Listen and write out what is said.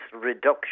reduction